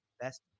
Best